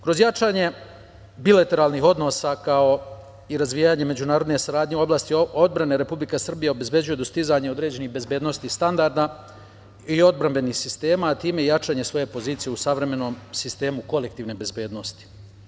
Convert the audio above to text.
Kroz jačanje bilateralnih odnosa, kao i razvijanje međunarodne saradnje u oblasti odbrane, Republika Srbija obezbeđuje dostizanje određenih bezbednosnih standarda i odbrambenih sistema i time i jačanje svoje pozicije u savremenom sistemu kolektivne bezbednosti.